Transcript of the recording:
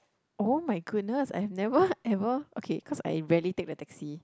oh my goodness I have never ever okay cause I rarely take the taxi